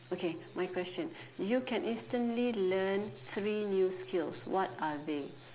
okay my question you can instantly learn three new skill what are they